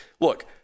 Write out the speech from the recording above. look